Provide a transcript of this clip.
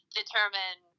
determine